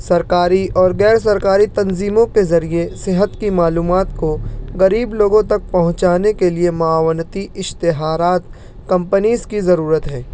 سرکاری اور غیرسرکاری تنظیموں کے ذریعہ صحت کی معلومات کو غریب لوگوں تک پہنچانے کے لیے معاونتی اشتہارات کمپنیز کی ضرورت ہے